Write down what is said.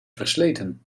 versleten